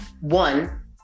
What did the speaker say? one